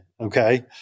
okay